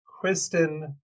Kristen